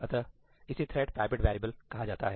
अतः इसे thread private variable कहा जाता है